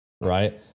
right